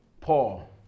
Paul